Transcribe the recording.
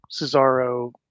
Cesaro